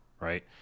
right